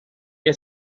que